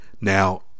Now